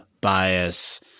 bias